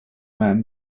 man